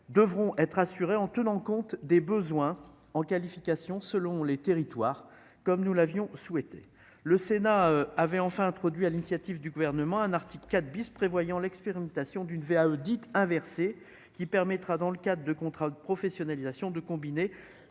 devront être assurés en tenant compte des besoins en qualification selon les territoires, comme nous l'avions souhaité le Sénat avait enfin introduit à l'initiative du gouvernement un article 4 bis prévoyant l'expérimentation d'une VAE dites inversée qui permettra, dans le cadre de contrats de professionnalisation de combiner